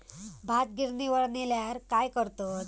भात गिर्निवर नेल्यार काय करतत?